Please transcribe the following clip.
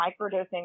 microdosing